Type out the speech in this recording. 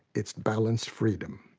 its balanced freedom.